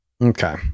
Okay